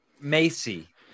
Macy